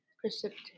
Precipitate